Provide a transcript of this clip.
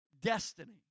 destiny